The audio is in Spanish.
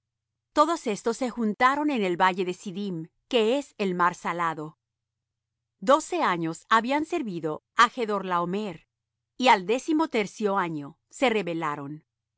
todos estos se juntaron en el valle de siddim que es el mar salado doce años habían servido á chdorlaomer y al décimotercio año se rebelaron